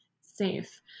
safe